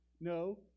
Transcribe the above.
No